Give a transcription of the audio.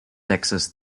texas